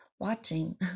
watching